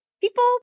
people